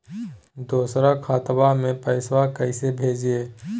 दोसर खतबा में पैसबा कैसे भेजिए?